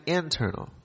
internal